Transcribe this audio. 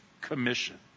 Commission